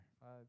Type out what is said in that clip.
Five